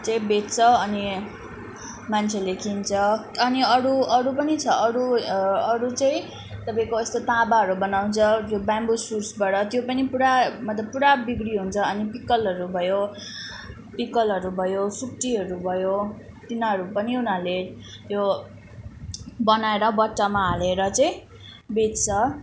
चाहिँ बेच्छ अनि मान्छेले किन्छ अनि अरू अरू पनि छ अरू अरू चाहिँ तपाईँको यस्तो तामाहरू बनाउँछ त्यो ब्यामबू सुट्सबाट त्यो पनि पुरा मतलब पुरा बिक्री हुन्छ अनि पिक्कलहरू भयो पिक्कलहरू भयो सुकुटीहरू भयो तिनीहरू पनि उनीहरूले त्यो बनाएर बट्टामा हालेर चाहिँ बेच्छ